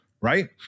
right